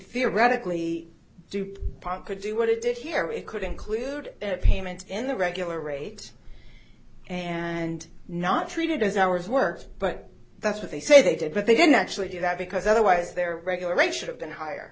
theoretically du pont could do what it did here it could include payments in the regular rate and not treated as hours worked but that's what they say they did but they didn't actually do that because otherwise their regular rate should have been higher